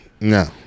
No